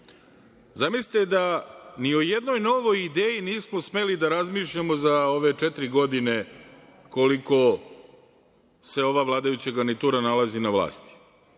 Zamislite da ni u jednoj novoj ideji nismo smeli da razmišljamo za ove četiri godine koliko se ova vladajuća garnitura nalazi na vlasti.